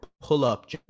pull-up